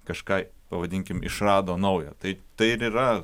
kažką pavadinkim išrado naujo taip tai ir yra